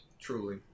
Truly